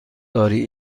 داری